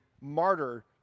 martyr